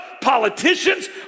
politicians